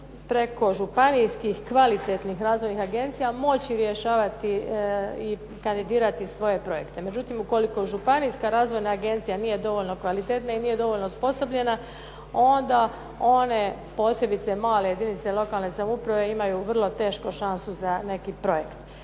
preko županijskih kvalitetnih razvojnih agencija moći rješavati i kandidirati svoje projekte. Međutim, ukoliko županijska razvojna agencija nije dovoljno kvalitetna i nije dovoljno osposobljena, onda one posebice male jedinice lokalne samouprave imaju vrlo teško šansu za neki projekt.